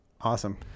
Awesome